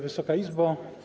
Wysoka Izbo!